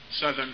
southern